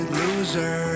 loser